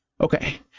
okay